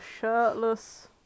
shirtless